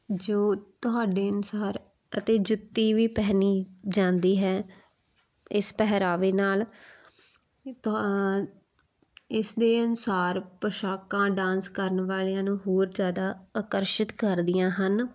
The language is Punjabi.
ਜੋ ਤੁਹਾਡੇ ਅਨੁਸਾਰ ਅਤੇ ਜੁੱਤੀ ਵੀ ਪਹਿਨੀ ਜਾਂਦੀ ਹੈ ਇਸ ਪਹਿਰਾਵੇ ਨਾਲ ਤੁਹਾ ਇਸ ਦੇ ਅਨੁਸਾਰ ਪੋਸ਼ਾਕਾਂ ਡਾਂਸ ਕਰਨ ਵਾਲਿਆਂ ਨੂੰ ਹੋਰ ਜ਼ਿਆਦਾ ਅਕਰਸ਼ਿਤ ਕਰਦੀਆਂ ਹਨ